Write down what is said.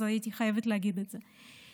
והייתי חייבת להגיד את זה.